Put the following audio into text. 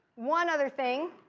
one other thing,